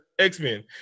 x-men